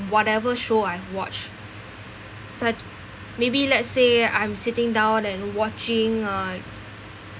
whatever show I've watch suc~ maybe let's say I'm sitting down and watching uh